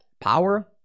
Power